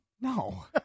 No